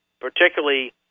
particularly